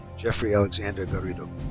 geoffrey alexander garrido.